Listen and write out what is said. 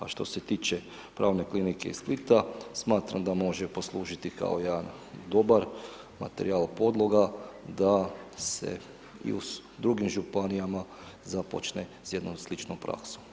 A što se tiče pravne klinike iz Splita smatram da može poslužiti kao jedan dobar materijal, podloga, da se i u drugim županijama započne s jednom sličnom praksom.